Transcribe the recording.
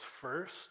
first